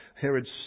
Herod's